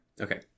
okay